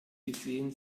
gesehen